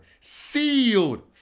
sealed